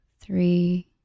three